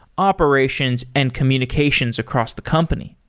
operations and communications across the company.